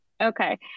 Okay